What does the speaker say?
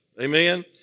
Amen